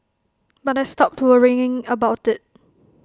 but I stopped worrying about IT